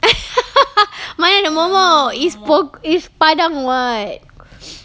mana ada momok it's m~ it's padang [what]